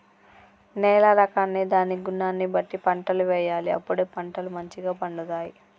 నేల రకాన్ని దాని గుణాన్ని బట్టి పంటలు వేయాలి అప్పుడే పంటలు మంచిగ పండుతాయి